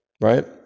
right